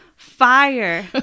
fire